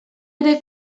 ere